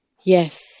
yes